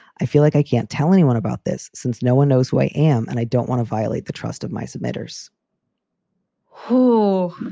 i feel like i can't tell anyone about this since no one knows who i am and i don't want to violate the trust of my scimitars whoo!